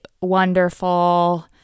wonderful